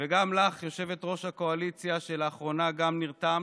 וגם לך, יושבת-ראש הקואליציה, שלאחרונה גם נרתמת.